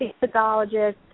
psychologist